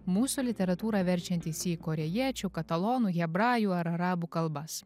mūsų literatūrą verčiantys į korėjiečių katalonų hebrajų ar arabų kalbas